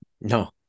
No